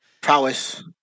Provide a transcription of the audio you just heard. prowess